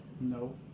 No